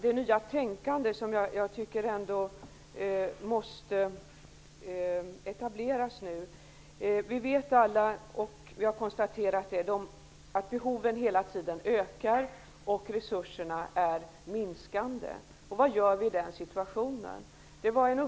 det nya tänkande som jag tycker måste etableras nu. Vi har konstaterat att behoven hela tiden ökar och att resurserna minskar. Vad gör vi i den situationen?